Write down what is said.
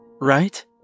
right